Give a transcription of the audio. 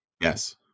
Yes